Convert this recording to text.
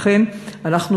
לכן, אנחנו